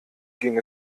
ging